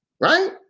Right